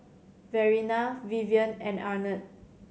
Verena Vivien and Arnett